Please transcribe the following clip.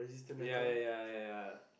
ya ya ya